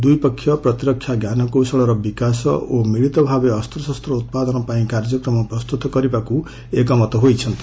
ଦୁଇପକ୍ଷ ପ୍ରତିରକ୍ଷା ଞ୍ଜାନକୌଶଳର ବିକାଶ ମିଳିତଭାବେ ଅସ୍ତ୍ରଶସ୍ତ ଉତ୍ପାଦନ ପାଇଁ କାର୍ଯ୍ୟକ୍ରମ ପ୍ରସ୍ତୁତ କରିବାକୁ ଏକମତ ହୋଇଛନ୍ତି